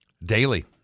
daily